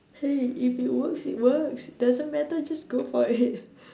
hey if it works it works doesn't matter just go for it